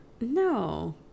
No